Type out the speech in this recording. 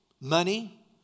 money